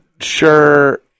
sure